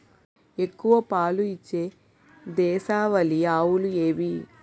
ఎక్కువ పాలు ఇచ్చే దేశవాళీ ఆవులు ఏవి?